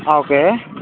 okay